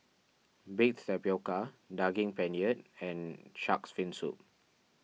Baked Tapioca Daging Penyet and Shark's Fin Soup